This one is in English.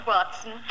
Watson